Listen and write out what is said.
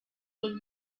was